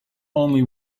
only